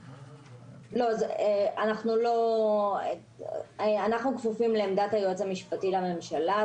אנחנו כפופים לעמדת היועץ המשפטי לממשלה,